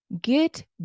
Get